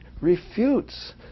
refutes